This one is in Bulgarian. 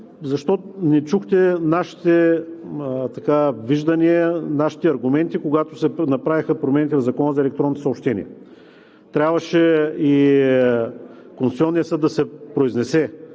защо не чухте нашите виждания, нашите аргументи, когато се направиха промените в Закона за електронните съобщения? Трябваше и Конституционният съд да се произнесе